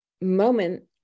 moment